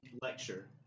lecture